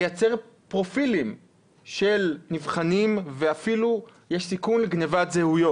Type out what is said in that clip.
לייצר פרופילים של נבחנים ואפילו יש סיכון לגניבת זהויות.